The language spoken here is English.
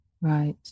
Right